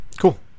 Cool